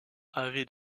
avaient